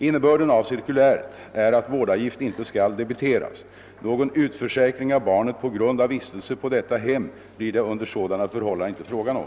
Innebörden av cirkuläret är att vårdavgift inte skall debiteras. Någon utförsäkring av barnet på grund av vistelse på detta hem blir det under sådana förhållanden inte fråga om.